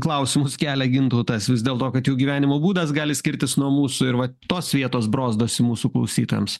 klausimus kelia gintautas vis dėl to kad jų gyvenimo būdas gali skirtis nuo mūsų ir va tos vietos brozdosi mūsų klausytojams